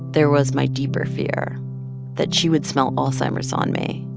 there was my deeper fear that she would smell alzheimer's on me.